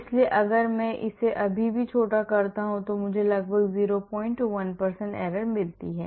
इसलिए अगर मैं इसे अभी भी छोटा करता हूं तो मुझे लगभग 01 error मिलती है